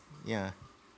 yeah